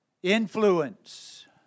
Influence